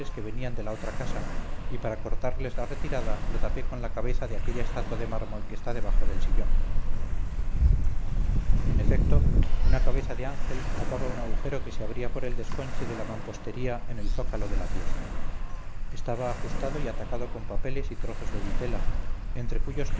que venían de la otra casa y para cortarles la retirada lo tapé con la cabeza de aquella estatua de mármol que está debajo del sillón en efecto una cabeza de ángel tapaba un agujero que se abría por el desconche de la mampostería en el zócalo de la pieza estaba ajustado y atacado con papeles y trozos de vitela entre cuyos